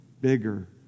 bigger